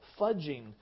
fudging